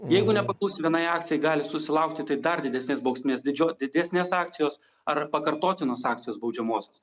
jeigu nepaklusi vienai akcijai gali susilaukti tai dar didesnės bausmės didžio didesnės akcijos ar pakartotinos akcijos baudžiamosios